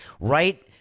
right